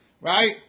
right